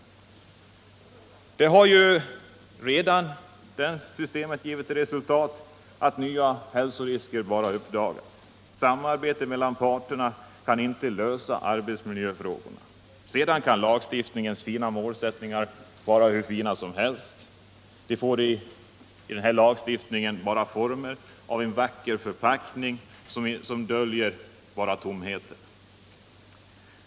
Det här systemet har redan gett till resultat att nya hälsorisker bara uppdagas. Samarbete mellan parterna kan inte lösa arbetsmiljöfrågorna. Sedan kan lagstiftningens fina målsättningar vara hur fina som helst. De får i den här lagstiftningen bara formen av en vacker förpackning som döljer tomhet.